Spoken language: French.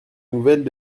nouvelles